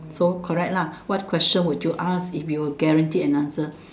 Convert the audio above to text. so correct lah what question would you ask if you're guaranteed that answer